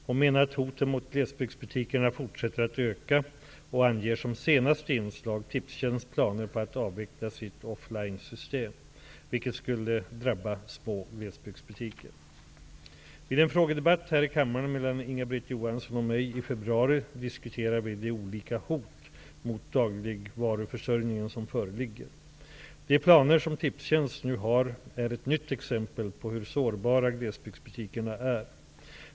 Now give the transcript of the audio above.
Hon menar att hoten mot glesbygdsbutikerna fortsätter att öka och anger som senaste inslag Vid en frågedebatt här i kammaren mellan Inga Britt Johansson och mig i februari diskuterade vi de olika hot mot dagligvaruförsörjningen som föreligger. De planer som Tipstjänst nu har, är ett nytt exempel på hur sårbara glesbygdsbutikerna är.